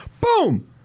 Boom